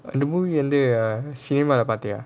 இந்த:intha movie வந்து:vanthu cinema leh பாத்தியா:paathiyaa